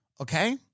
Okay